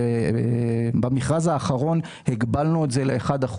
במכרז האחרון הגבלנו את זה ל-1%,